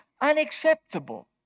unacceptable